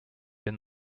been